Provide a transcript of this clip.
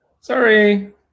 Sorry